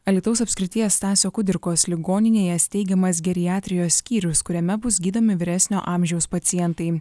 alytaus apskrities stasio kudirkos ligoninėje steigiamas geriatrijos skyrius kuriame bus gydomi vyresnio amžiaus pacientai